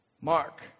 Mark